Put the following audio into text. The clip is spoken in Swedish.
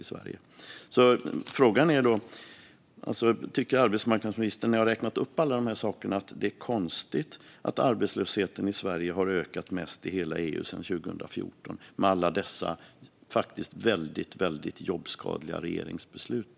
Nu när jag räknat upp alla dessa saker är min fråga: Tycker arbetsmarknadsministern att det är konstigt att arbetslösheten i Sverige har ökat mest i hela EU sedan 2014 i och med alla dessa jobbskadliga regeringsbeslut?